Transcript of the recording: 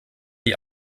die